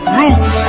roots